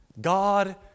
God